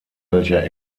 welcher